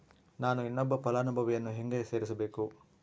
ನಾನು ಇನ್ನೊಬ್ಬ ಫಲಾನುಭವಿಯನ್ನು ಹೆಂಗ ಸೇರಿಸಬೇಕು?